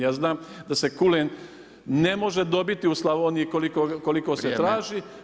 Ja znam da se kulen ne može dobiti u Slavoniji koliko se traži.